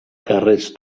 carrers